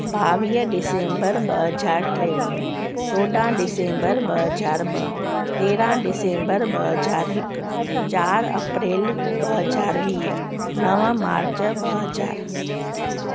बावीह डिसेम्बर ॿ हज़ार टेवीह चोॾहां डिसेम्बर ॿ हज़ार ॿ तेरहां डिसेम्बर ॿ हज़ार हिकु चारि अप्रैल ॿ हज़ार वीह नव मार्च ॿ हज़ार